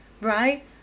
right